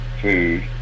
food